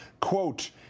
Quote